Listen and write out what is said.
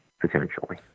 potentially